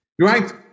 right